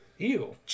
Ew